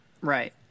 right